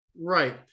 Right